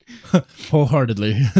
wholeheartedly